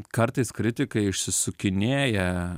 kartais kritikai išsisukinėja